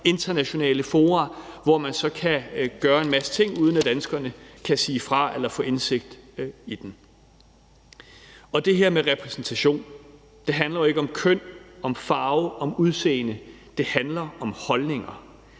internationale fora, hvor de så kan gøre en masse ting, uden at danskerne kan sige fra eller få indsigt i det. I forhold til det her med repræsentation handler det jo ikke om køn, om farve eller om udseende; det handler om holdninger.